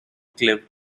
cliff